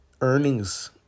earnings